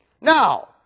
Now